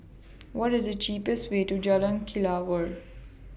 What IS The cheapest Way to Jalan Kelawar